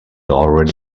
already